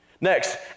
Next